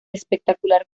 espectacular